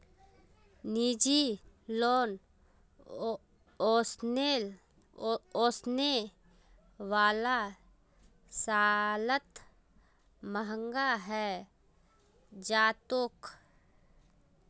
निजी लोन ओसने वाला सालत महंगा हैं जातोक